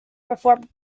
performed